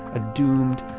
a doomed,